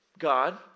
God